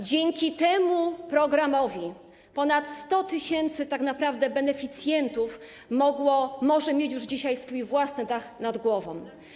Dzięki temu programowi ponad 100 tys. tak naprawdę beneficjentów może mieć już dzisiaj swój własny dach nad głową.